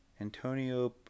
Antonio